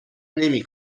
نمی